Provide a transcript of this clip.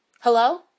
Hello